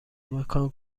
مکان